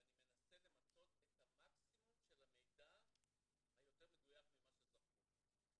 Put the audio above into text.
ואני מנסה למצות את המקסימום של המידע היותר מדויק ממה שזרקו פה.